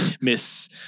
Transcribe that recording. Miss